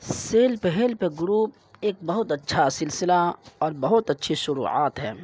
self help group ایک بہت اچّھا سلسلہ اور بہت اچّھی شروعات ہے